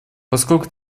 поскольку